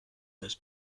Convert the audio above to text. das